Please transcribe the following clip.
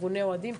ארגוני האוהדים.